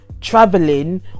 traveling